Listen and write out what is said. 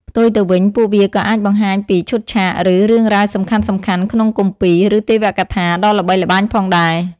ផ្ទុយទៅវិញ ពួកវាក៏អាចបង្ហាញពី ឈុតឆាក ឬរឿងរ៉ាវសំខាន់ៗក្នុងគម្ពីរ ឬទេវកថា ដ៏ល្បីល្បាញផងដែរ។